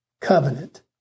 covenant